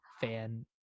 fan